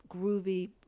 groovy